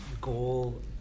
goal